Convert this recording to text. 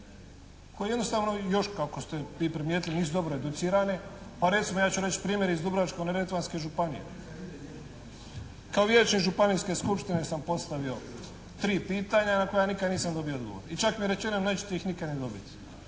koje jednostavno još kako ste i primijetili nisu dobro educirane, pa recimo ja ću reći primjer iz Dubrovačko-neretvanske županije. Kao vijećnik Županijske skupštine sam postavio tri pitanja na koja nikad nisam dobio odgovor i čak mi je rečeno nećete ih nikad ni dobiti.